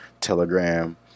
telegram